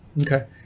Okay